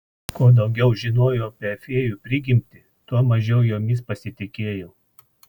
kuo daugiau žinojau apie fėjų prigimtį tuo mažiau jomis pasitikėjau